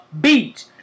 beach